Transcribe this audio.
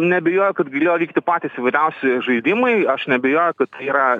neabejoju kad galėjo vykti patys įvairiausi žaidimai aš neabejoju kad tai yra